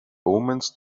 omens